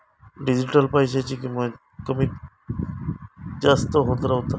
digital पैशाची किंमत कमी जास्त होत रव्हता